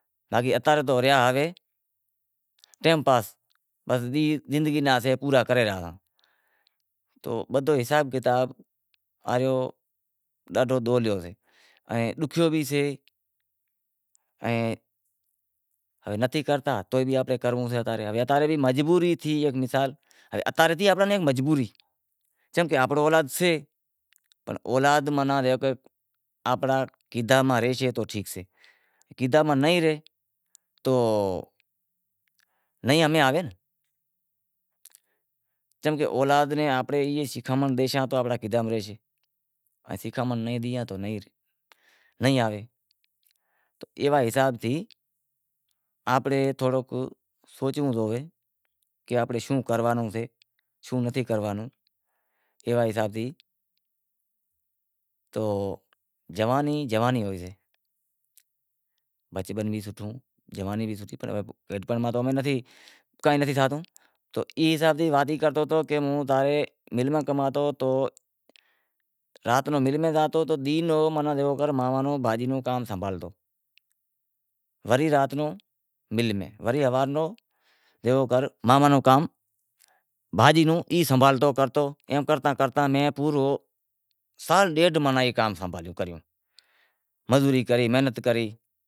ائیں ڈوکھیو بھی سے، نتھی کرتا تو بھی کرنڑو سے، اتارے مجبوری سے چمکہ آنپڑو اولاد سے اولاد ماناں آنپڑے کیدہا ماں رہیشے تو ٹھیک شے، کیدہا میں نہیں رہے تو نہیں ہمز میں، آوے، چمکہ، اولاد ناں آپیں ای شیکھاونڑ ڈیسان تو آنپڑے کیدہا میں رہیشے، شیکھانونڑ نہیں ڈیاں تو نہیں رہے، نہیں آوے، ایوا حساب تھئیں آنپڑے تھوڑو سوچنڑو ہووے کہ آپاں نیں شوں کرنڑو شے، شوں نتھی کرنڑو، ایوا حساب تھی تو جوانی جوانی ہوئیسے، بچپن میں تو کائیں نتھی کرتو، ای حساب سیں ہوں جنیں مل میں کماوتو تو رات رو رو یووکر مل میں زاوتو تو دینہں رو رو جیووکر بھاجی رو کام سنبھالتو، وری رات رو مل میں وری دن رو گھر جیوو ماما رو کام بھاجی نو ای سنبھالتو کرتو، ایم کرتا کرتا میں پورو سال ڈیڈھ اے کام سنبھالیو، مزوری کری محنت کری۔